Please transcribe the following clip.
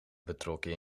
betrokken